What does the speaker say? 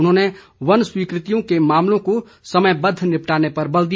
उन्होंने वन स्वीकृतियों के मामलों को समयबद्द निपटाने पर भी बल दिया